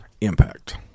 Impact